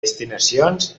destinacions